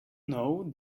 know